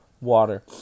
water